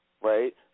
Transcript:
right